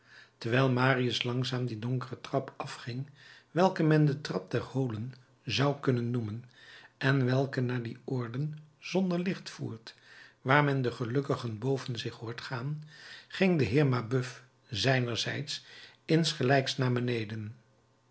terwijl marius langzaam die donkere trap afging welke men de trap der holen zou kunnen noemen en welke naar die oorden zonder licht voert waar men de gelukkigen boven zich hoort gaan ging de heer mabeuf zijnerzijds insgelijks naar beneden